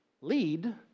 lead